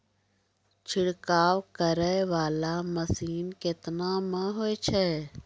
छिड़काव करै वाला मसीन केतना मे होय छै?